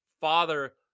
father